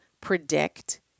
predict